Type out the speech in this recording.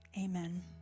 Amen